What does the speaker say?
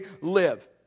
live